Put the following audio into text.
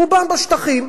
רובן בשטחים.